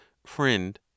FRIEND